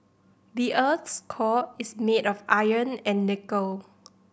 the earth's core is made of iron and nickel